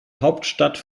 hauptstadt